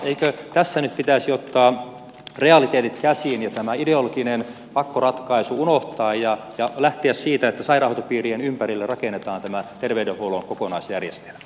eikö tässä nyt pitäisi ottaa realiteetit käsiin ja tämä ideologinen pakkoratkaisu unohtaa ja lähteä siitä että sairaanhoitopiirien ympärille rakennetaan tämä terveydenhuollon kokonaisjärjestelmä